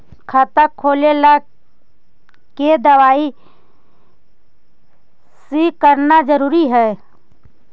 खाता खोले ला के दवाई सी करना जरूरी है?